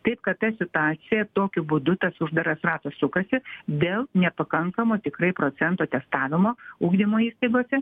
taip kad ta situacija tokiu būdu tas uždaras ratas sukasi dėl nepakankamo tikrai procento testavimo ugdymo įstaigose